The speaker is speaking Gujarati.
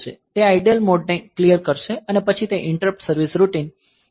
તે આઇડલ મોડને ક્લિયર કરશે અને પછી તે ઈંટરપ્ટ સર્વીસ રૂટીન પર જશે